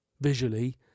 visually